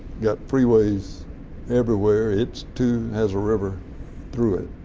got freeways everywhere. it's too has a river through it.